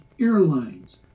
airlines